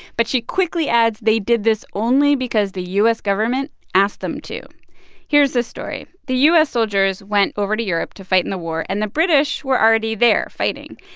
but she quickly adds they did this only because the u s. government asked them to here's this story. the u s. soldiers went over to europe to fight in the war, and the british were already there fighting.